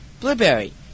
Blueberry